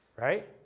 Right